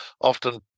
often